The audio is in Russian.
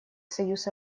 союз